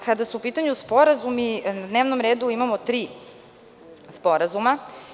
Kada su u pitanju sporazumi, na dnevnom redu imamo tri sporazuma.